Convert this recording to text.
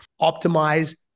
optimize